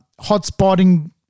hotspotting